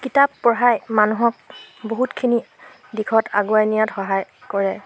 কিতাপ পঢ়াই মানুহক বহুতখিনি দিশত আগুৱাই নিয়াত সহায় কৰে